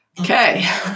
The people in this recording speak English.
Okay